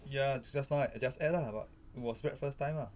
ya just now I just ate lah but it was breakfast time ah